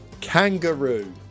kangaroo